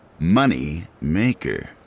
Moneymaker